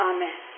Amen